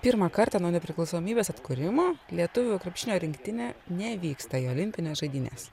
pirmą kartą nuo nepriklausomybės atkūrimo lietuvių krepšinio rinktinė nevyksta į olimpines žaidynes